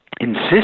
insist